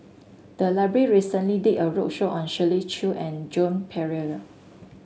the library recently did a roadshow on Shirley Chew and Joan Pereira